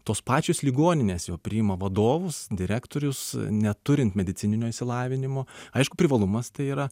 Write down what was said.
tos pačios ligoninės jau priima vadovus direktorius neturint medicininio išsilavinimo aišku privalumas tai yra